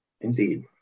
Indeed